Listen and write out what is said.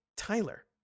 Tyler